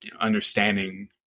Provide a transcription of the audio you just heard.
understanding